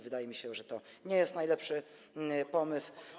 Wydaje mi się, że to nie jest najlepszy pomysł.